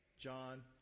John